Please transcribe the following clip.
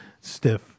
stiff